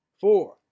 four